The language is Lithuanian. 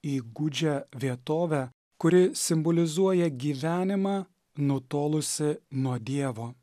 į gūdžią vietovę kuri simbolizuoja gyvenimą nutolusį nuo dievo